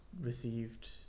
received